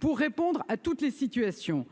pour répondre à toutes les situations.